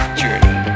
journey